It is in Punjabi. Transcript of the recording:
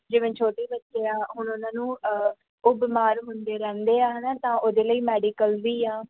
ਜਿਵੇਂ ਛੋਟੇ ਬੱਚੇ ਆ ਹੁਣ ਉਹਨਾਂ ਨੂੰ ਉਹ ਬਿਮਾਰ ਹੁੰਦੇ ਰਹਿੰਦੇ ਆ ਹੈ ਨਾ ਤਾਂ ਉਹਦੇ ਲਈ ਮੈਡੀਕਲ ਵੀ ਆ